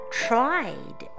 tried